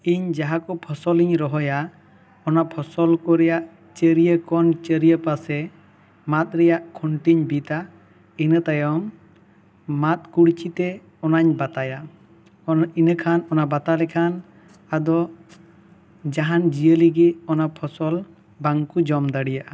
ᱤᱧ ᱡᱟᱦᱟ ᱠᱚ ᱯᱷᱚᱥᱚᱞ ᱤᱧ ᱨᱚᱦᱚᱭᱟ ᱚᱱᱟ ᱠᱚ ᱯᱷᱚᱥᱚᱞ ᱠᱚ ᱨᱮᱭᱟᱜ ᱪᱟᱹᱨᱭᱟᱹ ᱠᱚᱱ ᱪᱟᱹᱨᱤᱭᱟᱹ ᱯᱟᱥᱮ ᱢᱟᱛ ᱨᱮᱭᱟᱜ ᱠᱷᱩᱹᱴᱤ ᱤᱧ ᱵᱤᱫᱟ ᱤᱱᱟᱹ ᱛᱟᱭᱚᱢ ᱢᱟᱛ ᱠᱩᱲᱪᱤ ᱛᱮ ᱚᱱᱟ ᱤᱧ ᱵᱟᱛᱟᱭᱟ ᱤᱱᱟᱠᱷᱟᱱ ᱚᱱᱟ ᱵᱟᱛᱟ ᱞᱮᱠᱷᱟᱱ ᱟᱫᱚ ᱡᱟᱦᱟᱱ ᱡᱤᱭᱟᱹᱞᱤ ᱜᱤ ᱚᱱᱟ ᱯᱷᱚᱥᱚᱞ ᱵᱟᱝ ᱠᱚ ᱡᱚᱢ ᱫᱟᱲᱮᱭᱟᱜᱼᱟ